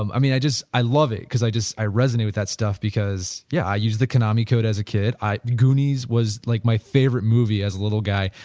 um i mean i just i love it because i just i resonate with that stuff because yeah i use the konami code as a kid. goonies was like my favorite movie as little guy.